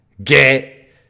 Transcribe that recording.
Get